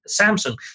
Samsung